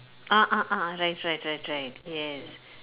ah ah ah right right right right yes